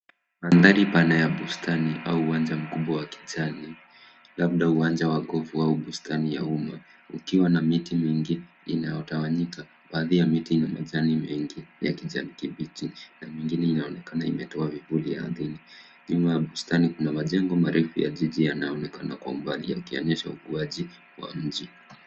Mandhari pana ya bustani au uwanja mkubwa wa kijani, labda uwanja wa gofu au bustani ya umma, ukiwa na miti mingi inayotawanyika. Baadhi ya miti ina majani mengi ya kijani kibichi na mengine inaonekana imetoa vivuli ardhini. Nyuma ya bustani kuna majengo marefu ya jiji yanaonekana kwa mbali yakionyesha ukuaji wa mji